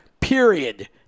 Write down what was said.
Period